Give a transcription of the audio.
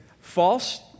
false